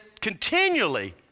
continually